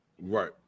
right